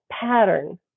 pattern